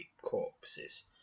corpses